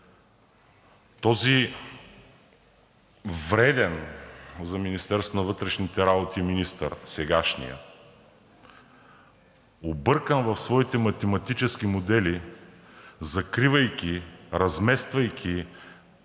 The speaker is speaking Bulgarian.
работи министър – сегашният, объркан в своите математически модели, закривайки, размествайки,